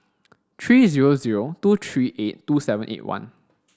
three zero zero two three eight two seven eight one